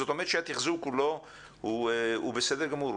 זאת אומרת שהתחזוק הוא בסדר גמור,